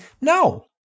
No